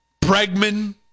Bregman